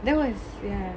that was ya